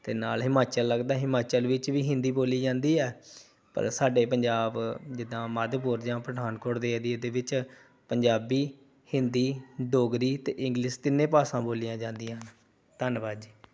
ਅਤੇ ਨਾਲ ਹਿਮਾਚਲ ਲੱਗਦਾ ਹਿਮਾਚਲ ਵਿੱਚ ਵੀ ਹਿੰਦੀ ਬੋਲੀ ਜਾਂਦੀ ਆ ਪਰ ਸਾਡੇ ਪੰਜਾਬ ਜਿੱਦਾਂ ਮਾਧੋਪੁਰ ਜਾਂ ਪਠਾਨਕੋਟ ਦੇ ਏਰੀਏ ਦੇ ਵਿੱਚ ਪੰਜਾਬੀ ਹਿੰਦੀ ਡੋਗਰੀ ਅਤੇ ਇੰਗਲਿਸ਼ ਤਿੰਨੇ ਭਾਸ਼ਾ ਬੋਲੀਆਂ ਜਾਂਦੀਆਂ ਧੰਨਵਾਦ ਜੀ